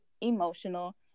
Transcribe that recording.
emotional